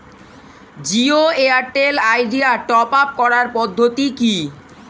Jio Airtel Idea top up করার পদ্ধতি কি?